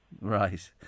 Right